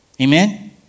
Amen